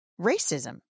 racism